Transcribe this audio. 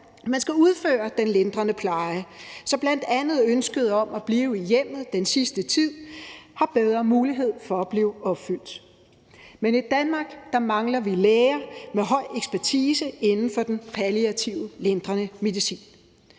man skal udføre den lindrende pleje, så bl.a. ønsket om at blive i hjemmet den sidste tid har bedre mulighed for at blive opfyldt. Men i Danmark mangler vi læger med høj ekspertise inden for den palliative lindrende medicin.